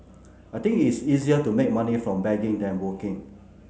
I think it's easier to make money from begging than working